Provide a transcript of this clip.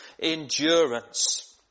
endurance